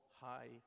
high